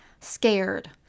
scared